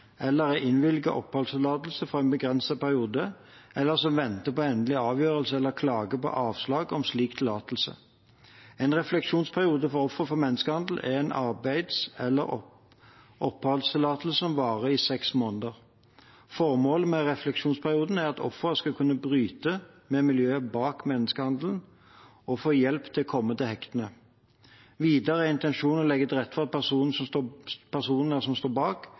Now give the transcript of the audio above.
eller er innvilget oppholdstillatelse for en begrenset periode, eller som venter på endelig avgjørelse etter klage på avslag om slik tillatelse. En refleksjonsperiode for ofre for menneskehandel er en arbeids- eller oppholdstillatelse som varer i seks måneder. Formålet med refleksjonsperioden er at offeret skal kunne bryte med miljøet bak menneskehandelen og få hjelp til å komme til hektene. Videre er intensjonen å legge til rette for at personer som står